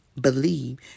believe